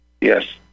Yes